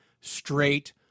straight